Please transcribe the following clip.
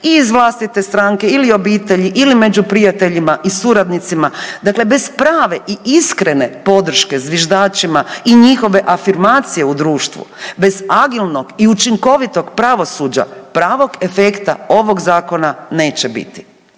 i iz vlastite stranke ili obitelji ili među prijateljima i suradnici, dakle bez prave i iskrene podrške zviždačima i njihove afirmacije u društvu, bez agilnog i učinkovitog pravosuđa, pravog efekta ovog Zakona neće biti.